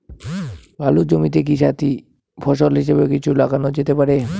আলুর জমিতে কি সাথি ফসল হিসাবে কিছু লাগানো যেতে পারে?